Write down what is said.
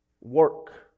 work